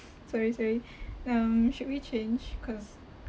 sorry sorry um should we change cause